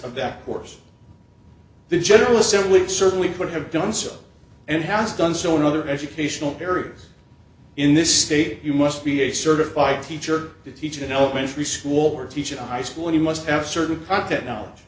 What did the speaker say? that course the general assembly it certainly could have done so and has done so in other educational areas in this state you must be a certified teacher to teach in an elementary school or teaching high school you must have certain content knowledge